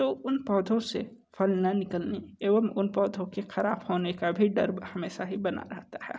तो उन पौधों से फल न निकलने एवं उन पौधों के खराब होने का भी डर हमेशा ही बना रहता है